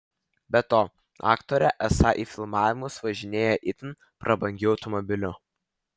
be to aktorė esą į filmavimus važinėja itin prabangiu automobiliu